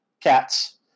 cats